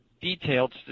detailed